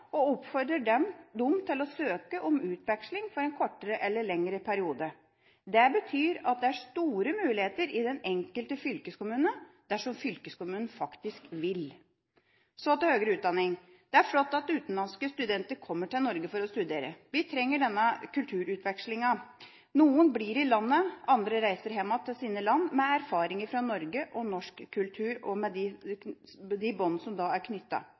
og oppfordrer dem til å søke om utveksling for en kortere eller lengre periode. Det betyr at det er store muligheter i den enkelte fylkeskommune dersom fylkeskommunen faktisk vil. Så til høyere utdanning. Det er flott at utenlandske studenter kommer til Norge for å studere. Vi trenger denne kulturutvekslingen. Noen blir i landet, andre reiser hjem til sine land med erfaring fra Norge og norsk kultur og med de bånd som er